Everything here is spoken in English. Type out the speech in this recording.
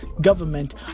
government